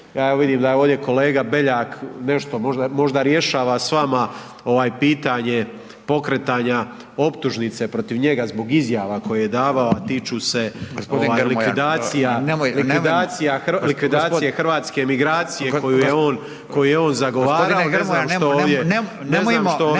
Evo vidim da je ovdje kolega BEljak nešto možda rješava s nama pitanje pokretanja optužnice protiv njega zbog izjava koje je davao, a tiču se likvidacija … /Govornici govore u isto